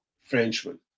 Frenchman